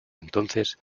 entonces